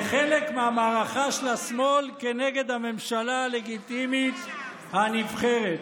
כחלק מהמערכה של השמאל כנגד הממשלה הלגיטימית הנבחרת.